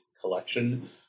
collection